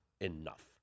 enough